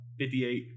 58